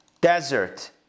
Desert